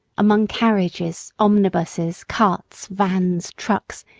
among carriages, omnibuses, carts, vans, trucks,